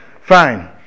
Fine